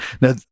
now